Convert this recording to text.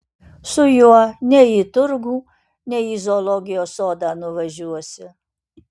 su juo nei į turgų nei į zoologijos sodą nuvažiuosi